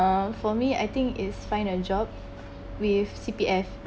uh for me I think is find a job with C_P_F